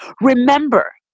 Remember